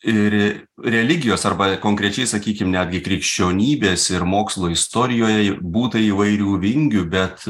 ir religijos arba konkrečiai sakykim netgi krikščionybės ir mokslo istorijoje būta įvairių vingių bet